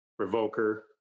Revoker